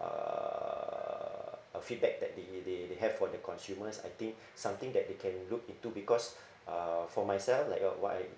uh a feedback that they they they have for the consumers I think something that they can look into because uh for myself like uh what I